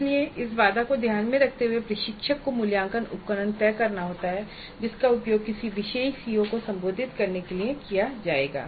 इसलिए इस बाधा को ध्यान में रखते हुए प्रशिक्षक को मूल्यांकन उपकरण तय करना होता है जिसका उपयोग किसी विशेष सीओ को संबोधित करने के लिए किया जाएगा